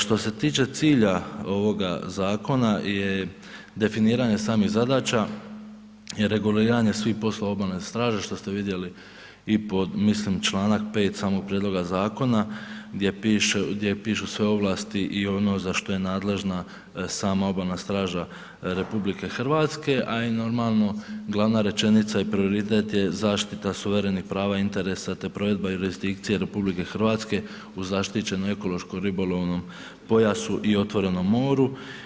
Što se tiče cilja ovoga zakona je definiranje samih zadaća i reguliranje svih poslova obalne straže što ste vidjeli i pod, mislim članak 5. samog prijedloga zakona gdje pišu sve ovlasti i ono za što je nadležna sama Obalna straža RH a i normalno glavna rečenica i prioritet je zaštita suverenih prava i interesa te provedba jurisdikcije RH u zaštićenom ekološko ribolovnom pojasu i otvorenom moru.